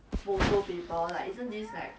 like a four paper